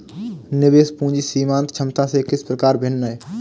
निवेश पूंजी सीमांत क्षमता से किस प्रकार भिन्न है?